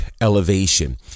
Elevation